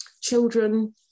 Children